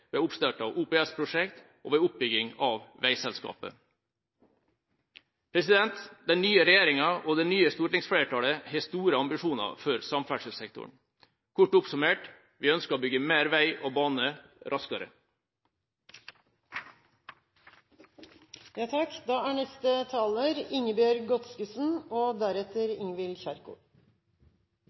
ved oppstart av OPS-prosjekter og ved oppbygginga av veiselskapet. Den nye regjeringa og det nye stortingsflertallet har store ambisjoner for samferdselssektoren. Kort oppsummert: Vi ønsker å bygge mer vei og bane raskere. Da